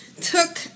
took